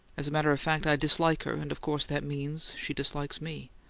as a matter of fact, i dislike her, and of course that means she dislikes me.